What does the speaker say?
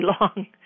long